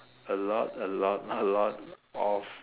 a lot a lot a lot of